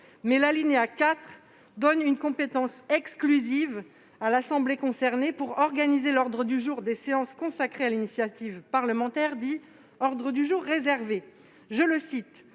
mais son alinéa 4 accorde une compétence exclusive à l'assemblée concernée pour organiser l'ordre du jour des séances consacrées à l'initiative parlementaire, dit « ordre du jour réservé ».